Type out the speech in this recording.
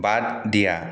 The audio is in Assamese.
বাদ দিয়া